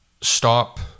stop